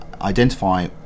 identify